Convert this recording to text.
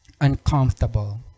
uncomfortable